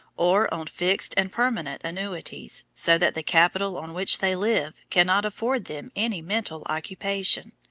or on fixed and permanent annuities, so that the capital on which they live can not afford them any mental occupation,